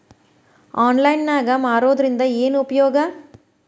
Online ನಾಗ್ ಮಾರೋದ್ರಿಂದ ಏನು ಉಪಯೋಗ?